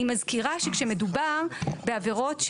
אני מזכירה שכשמדובר בעבירות,